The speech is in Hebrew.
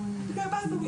עכשיו.